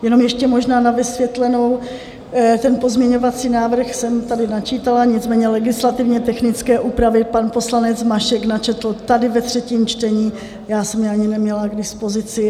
Jenom ještě možná na vysvětlenou, ten pozměňovací návrh jsem tady načítala, nicméně legislativně technické úpravy pan poslanec Mašek načetl tady ve třetím čtení, já jsem je ani neměla k dispozici.